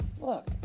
Look